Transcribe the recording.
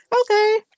Okay